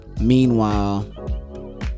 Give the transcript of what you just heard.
meanwhile